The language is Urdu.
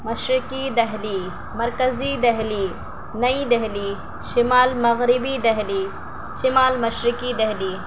مشرقی دہلی مرکزی دہلی نئی دہلی شمال مغربی دہلی شمال مشرقی دہلی